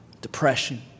Depression